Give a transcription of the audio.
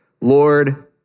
Lord